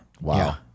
Wow